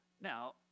Now